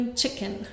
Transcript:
chicken